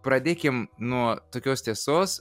pradėkim nuo tokios tiesos